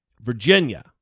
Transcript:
Virginia